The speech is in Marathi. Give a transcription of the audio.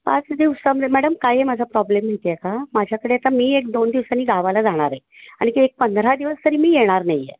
पाच दिवसामध्ये मॅडम काय आहे माझा प्रॉब्लेम माहीत आहे का माझ्याकडे आता मी एक दोन दिवसांनी गावाला जाणार आहे आणखी एक पंधरा दिवस तरी मी येणार नाही आहे